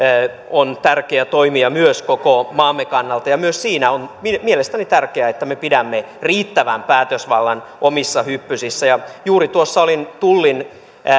on myös tärkeä toimija koko maamme kannalta ja myös siinä on mielestäni tärkeää että me pidämme riittävän päätösvallan omissa hyppysissämme olin juuri